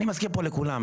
אני מזכיר פה לכולם,